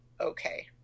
okay